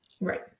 Right